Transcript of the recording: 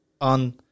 On